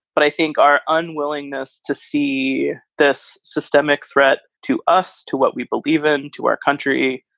but i think our unwillingness to see this systemic threat to us, to what we believe in, to our country,